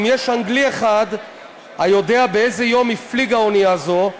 האם יש אנגלי אחד היודע אימתי הפליגה אונייה זאת,